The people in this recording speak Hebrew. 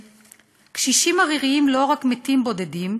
קשישים עריריים לא רק מתים בודדים,